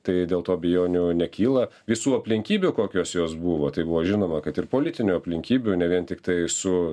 tai dėl to abejonių nekyla visų aplinkybių kokios jos buvo tai buvo žinoma kad ir politinių aplinkybių ne vien tiktai su